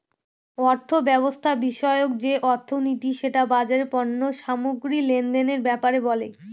অর্থব্যবস্থা বিষয়ক যে অর্থনীতি সেটা বাজারের পণ্য সামগ্রী লেনদেনের ব্যাপারে বলে